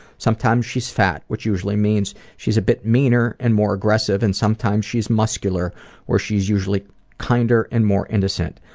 sometimes she's fat which usually means she's a bit meaner and more aggressive and sometimes she's muscular where she's usually kinder and more innocent.